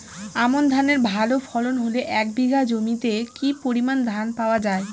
আমন ধানের ভালো ফলন হলে এক বিঘা জমিতে কি পরিমান ধান পাওয়া যায়?